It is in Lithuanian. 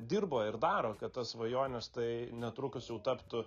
dirba ir daro kad tos svajonės tai netrukus jau taptų